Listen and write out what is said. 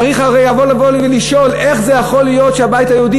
צריך הרי לבוא ולשאול: איך זה יכול להיות שהבית היהודי